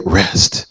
rest